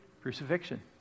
Crucifixion